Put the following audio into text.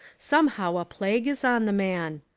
somehow a plague is on the man.